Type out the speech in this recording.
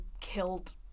killed